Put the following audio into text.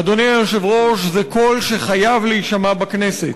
אדוני היושב-ראש, זה קול שחייב להישמע בכנסת,